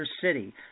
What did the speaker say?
City